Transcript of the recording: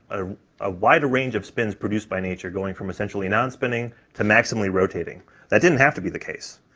a ah wide range of spins produced by nature going from essentially non-spinning to maximally rotating that didn't have to be the case,